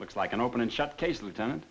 looks like an open and shut case lieutenant